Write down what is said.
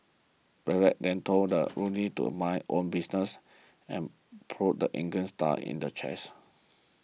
Barrett then told Rooney to mind his own business and prodded the England star in the chest